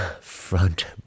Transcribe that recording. front